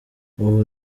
ubu